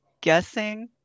Guessing